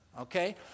Okay